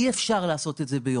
אי אפשר לעשות את זה ביום.